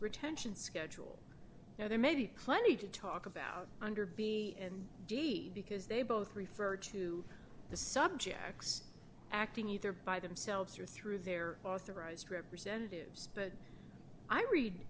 retention schedule now there may be plenty to talk about under b and g because they both refer to the subjects acting either by themselves or through their authorized representatives but i read